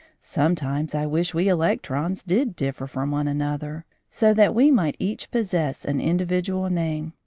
sometimes i wish we electrons did differ from one another, so that we might each possess an individual name,